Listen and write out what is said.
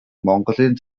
монголын